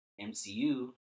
MCU